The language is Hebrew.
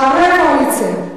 חברי הקואליציה,